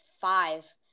five